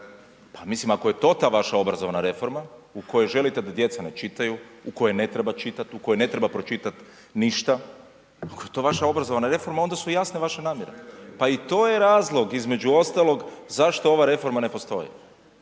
Pa mislim pa ako je to ta vaša obrazovna reforma u kojoj želite da djeca ne čitaju, u kojoj ne treba čitati, u kojoj ne treba pročitat ništa, ako je to vaša obrazovna reforma onda su jasne i vaše namjere. Pa i to je razlog između ostalog zašto ova reforma ne postoji.